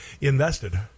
invested